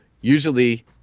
usually